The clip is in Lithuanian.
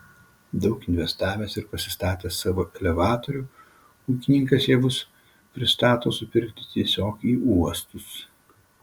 daug investavęs ir pasistatęs savo elevatorių ūkininkas javus pristato supirkti tiesiog į uostus